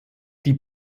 die